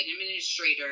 administrator